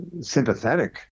sympathetic